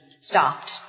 stopped